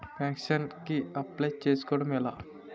Pension కి apply చేసుకోవడం ఎలా?